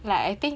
ya I think